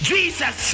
Jesus